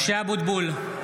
משה אבוטבול,